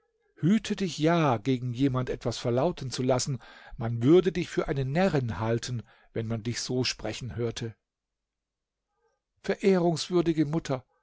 hüte dich ja gegen jemand etwas verlauten zu lassen man würde dich für eine närrin halten wenn man dich so sprechen hörte verehrungswürdige mutter